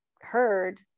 heard